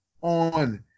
on